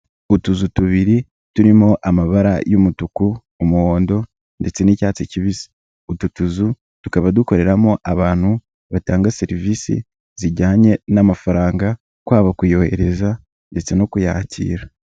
Utuzu tubiri turimo amabara y'umutuku, umuhondo ndetse n'icyatsi kibisi, utu tuzu tukaba dukoreramo abantu batanga serivisi zijyanye n'amafaranga kwaba kuyohereza ndetse no kuyakira.